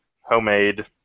homemade